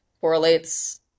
correlates